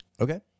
Okay